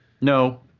No